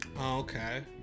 okay